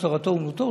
שתורתו אומנותו.